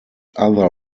other